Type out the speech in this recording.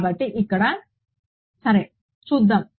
కాబట్టి ఇక్కడ సరే చూద్దాం